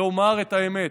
לומר את האמת.